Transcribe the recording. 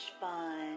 fun